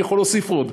אני יכול להוסיף עוד.